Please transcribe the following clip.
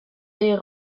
est